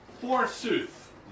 Forsooth